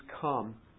come